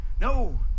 no